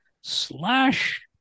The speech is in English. slash